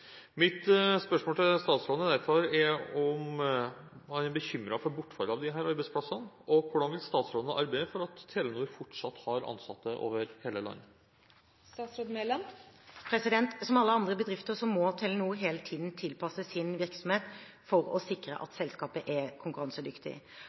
Er statsråden bekymret for bortfall av disse arbeidsplassene, og hvordan vil statsråden arbeide for at Telenor fortsatt har ansatte over hele landet?» Som alle andre bedrifter må Telenor hele tiden tilpasse sin virksomhet for å sikre at